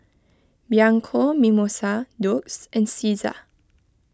Bianco Mimosa Doux and Cesar